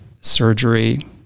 surgery